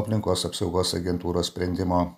aplinkos apsaugos agentūros sprendimo